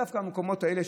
דווקא המקומות האלה,